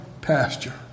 pasture